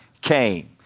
came